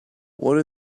what